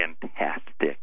fantastic